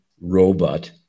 robot